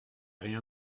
rien